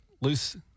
loose